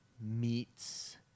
meets